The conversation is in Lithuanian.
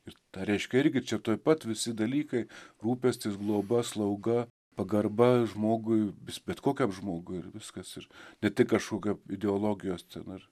ir tą reiškia irgi čia tuoj pat visi dalykai rūpestis globa slauga pagarba žmogui bet kokiam žmogui ir viskas ir ne tik kažkokio ideologijos na ir